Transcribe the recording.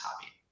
happy